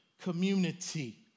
community